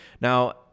Now